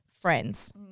friends